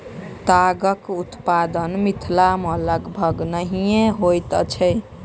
तागक उत्पादन मिथिला मे लगभग नहिये होइत अछि